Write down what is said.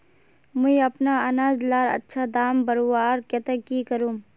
मुई अपना अनाज लार अच्छा दाम बढ़वार केते की करूम?